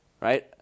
right